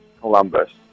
Columbus